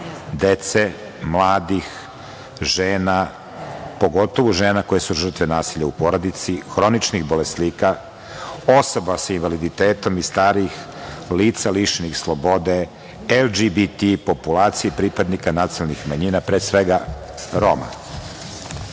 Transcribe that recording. dece, mladih žena, pogotovu žena koje su žrtve nasilja u porodici, hroničnih bolesnika, osoba sa invaliditetom i starih lica lišenih slobode LGBT populacije, pripadnika nacionalnih manjina, pre svega,